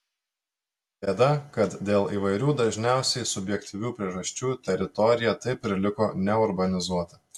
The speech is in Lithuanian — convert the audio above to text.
bėda kad dėl įvairių dažniausiai subjektyvių priežasčių teritorija taip ir liko neurbanizuota